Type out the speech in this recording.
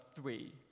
three